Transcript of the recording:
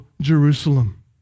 Jerusalem